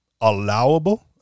allowable